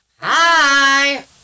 Hi